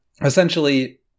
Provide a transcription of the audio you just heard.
essentially